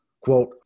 Quote